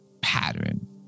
pattern